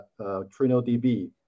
Trinodb